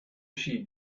she